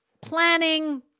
planning